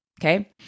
Okay